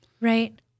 Right